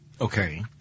Okay